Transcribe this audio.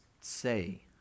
say